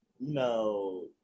no